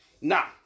Now